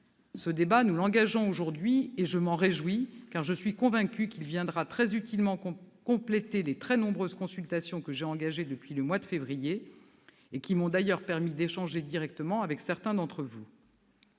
Ce débat, nous l'engageons aujourd'hui, et je m'en réjouis, car je suis convaincue qu'il viendra très utilement compléter les nombreuses consultations que j'ai engagées depuis le mois de février et qui m'ont permis d'échanger directement avec certains d'entre vous.